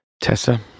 Tessa